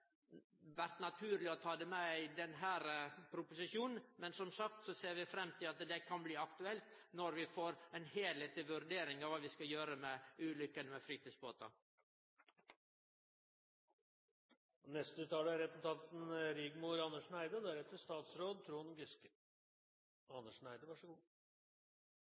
naturleg å ta det med i denne proposisjonen, men, som sagt, vi ser fram til at det kan bli aktuelt når vi får ei heilskapleg vurdering av kva vi skal gjere med ulykkene med fritidsbåtar. De foreslåtte endringene i sjøloven er